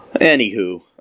Anywho